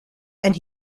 and